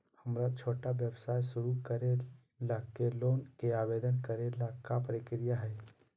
हमरा छोटा व्यवसाय शुरू करे ला के लोन के आवेदन करे ल का प्रक्रिया हई?